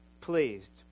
pleased